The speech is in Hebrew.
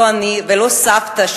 לא אני ולא סבתא,